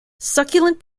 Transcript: succulent